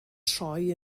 troi